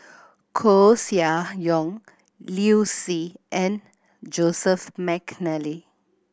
Koeh Sia Yong Liu Si and Joseph McNally